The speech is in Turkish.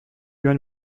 yön